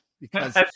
because-